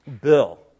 Bill